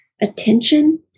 attention